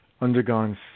undergone